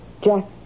Jack